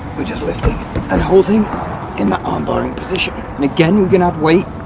we're just lifting and holding in the arm barring position and again we can add weight,